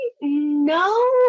no